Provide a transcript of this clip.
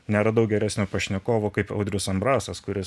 neradau geresnio pašnekovo kaip audrius ambrasas kuris